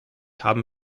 haben